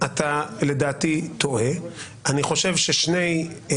אני רואה שגם גור ואחרים מעירים על זה.